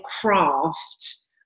craft